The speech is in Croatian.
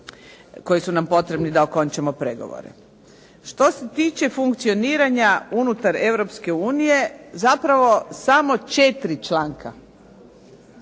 koji su nam potrebni da okončamo pregovore. Što se tiče funkcioniranja unutar Europske unije zapravo samo 4 članka.